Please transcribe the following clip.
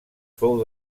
fou